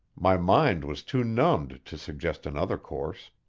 my mind was too numbed to suggest another course.